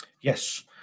Yes